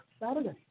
Saturday